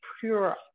pure